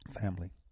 Family